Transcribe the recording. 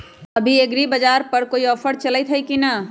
अभी एग्रीबाजार पर कोई ऑफर चलतई हई की न?